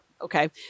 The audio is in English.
Okay